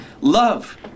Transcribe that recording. love